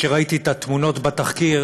כשראיתי את התמונות בתחקיר,